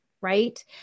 Right